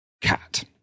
cat